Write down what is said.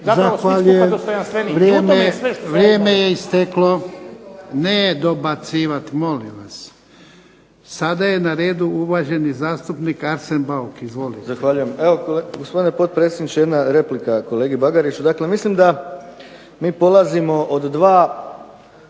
Zahvaljujem. Vrijeme je isteklo. Ne dobacivati, molim vas. Sada je na redu uvaženi zastupnik Arsen Bauk. Izvolite.